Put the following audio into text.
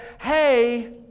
Hey